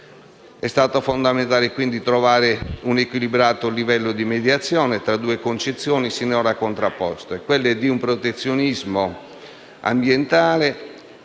È stato fondamentale quindi trovare un equilibrato livello di mediazione tra due concezioni sinora contrapposte: il protezionismo ambientale